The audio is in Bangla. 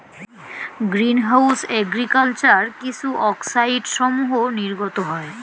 গ্রীন হাউস এগ্রিকালচার কিছু অক্সাইডসমূহ নির্গত হয়